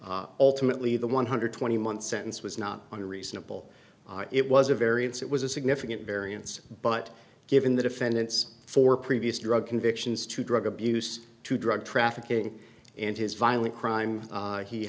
alternately the one hundred twenty month sentence was not unreasonable it was a variance it was a significant variance but given the defendant's four previous drug convictions to drug abuse to drug trafficking and his violent crime he h